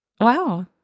Wow